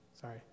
Sorry